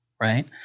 Right